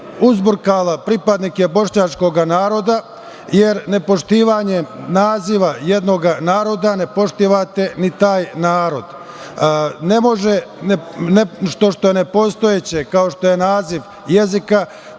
uzburkala pripadnike bošnjačkog naroda, jer nepoštovanjem naziva jednog naroda ne poštujete ni taj narod. Ne može nešto što je nepostojeće, kao što je naziv jezika,